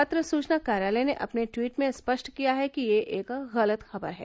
पत्र सुचना कार्यालय ने अपने ट्वीट में स्पष्ट किया है कि यह एक गलत खबर है